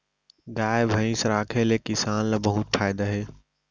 गाय भईंस राखे ले किसान ल बहुत फायदा हे